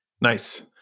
nice